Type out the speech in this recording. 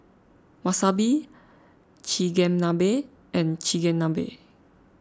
Wasabi Chigenabe and Chigenabe